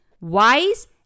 wise